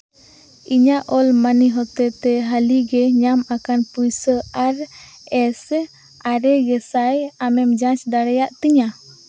ᱤᱧᱟᱹᱜ ᱚᱞ ᱢᱟᱹᱱᱤ ᱦᱚᱛᱮ ᱛᱮ ᱦᱟᱹᱞᱤ ᱜᱮ ᱧᱟᱢ ᱟᱠᱟᱱ ᱯᱩᱭᱥᱟᱹ ᱟᱨ ᱮᱥ ᱟᱨᱮ ᱜᱮᱥᱟᱭ ᱟᱢᱮᱢ ᱡᱟᱡᱽ ᱫᱟᱲᱮᱭᱟᱜ ᱛᱤᱧᱟᱹ